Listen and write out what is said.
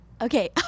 Okay